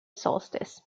solstice